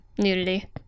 nudity